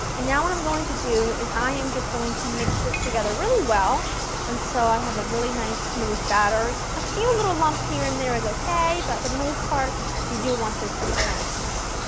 and now what i'm going to do is i am just going to mix this together really well until i have a really nice smooth batter. a few little lumps here and there is okay but for the most part you do want this to be kind of smooth.